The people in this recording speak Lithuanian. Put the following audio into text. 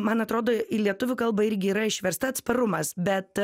man atrodo į lietuvių kalbą irgi yra išversta atsparumas bet